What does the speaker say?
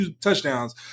touchdowns